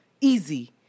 Easy